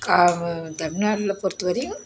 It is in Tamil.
தமிழ்நாட்டில் பொறுத்தவரையும்